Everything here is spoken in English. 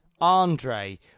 Andre